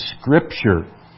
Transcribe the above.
Scripture